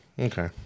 Okay